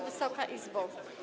Wysoka Izbo!